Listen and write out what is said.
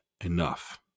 enough